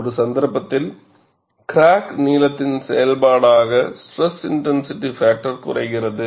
ஒரு சந்தர்ப்பத்தில் கிராக் நீளத்தின் செயல்பாடாக ஸ்ட்ரெஸ் இன்டென்சிட்டி பாக்டர் குறைகிறது